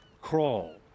crawl